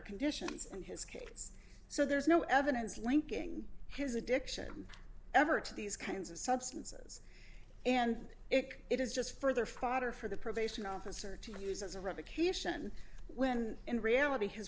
conditions in his case so there's no evidence linking his addiction ever to these kinds of substances and it is just further fodder for the probation officer to use as a revocation when in reality his